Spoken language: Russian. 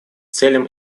целям